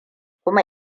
kuma